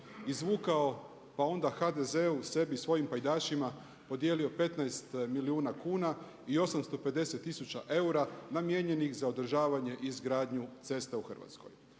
izvukao, pa onda HDZ-u, sebi i svojim pajdašima podijelio 15 milijuna kuna i 850 tisuća eura namijenjenih za održavanje i izgradnju cesta u Hrvatskoj.